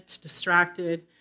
distracted